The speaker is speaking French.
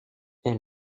est